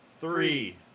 Three